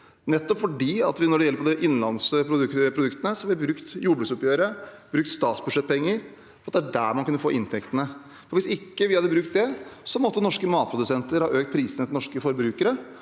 nettopp fordi at når det gjelder innenlandsprodukter, blir jordbruksoppgjøret og statsbudsjettpenger brukt. Det er der man kunne få inntektene. Hvis vi ikke hadde brukt det, måtte norske matprodusenter ha økt prisene til norske forbrukere,